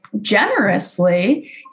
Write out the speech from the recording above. generously